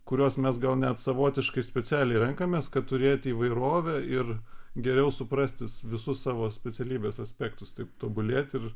kuriuos mes gal net savotiškai specialiai renkamės kad turėti įvairovę ir geriau suprasti visus savo specialybės aspektus taip tobulėt ir